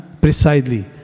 Precisely